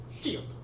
Shield